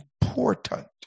important